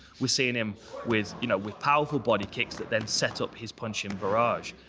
we're seeing him with you know with powerful body kicks that then set up his punching barrage.